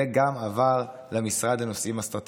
זה עבר למשרד לנושאים אסטרטגיים.